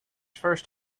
first